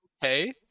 Hey